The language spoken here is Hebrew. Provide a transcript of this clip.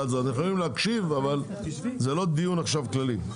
אתם יכולים להקשיב, אבל זה לא דיון כללי עכשיו.